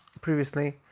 previously